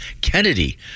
Kennedy